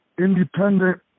independent